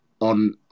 on